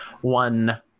one